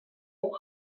oedd